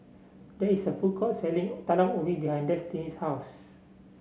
there is a food court selling Talam Ubi behind Destini's house